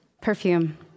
Perfume